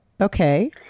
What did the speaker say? okay